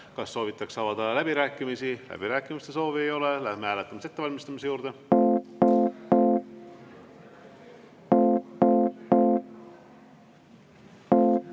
Kas soovitakse avada läbirääkimisi? Läbirääkimiste soovi ei ole. Läheme hääletamise ettevalmistamise juurde.